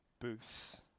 Booths